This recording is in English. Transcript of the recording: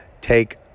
take